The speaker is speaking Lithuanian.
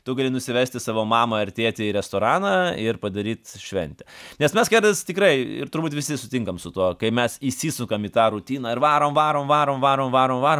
tu gali nusivesti savo mamą ar tėtį į restoraną ir padaryt šventę nes mes kartais tikrai ir turbūt visi sutinkam su tuo kai mes įsisukam į tą rutiną ir varom varom varom varom varom varom